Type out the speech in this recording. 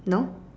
no